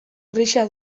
grisa